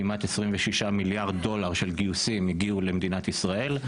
כמעט 26 מיליארד דולר של גיוסים הגיעו למדינת ישראל.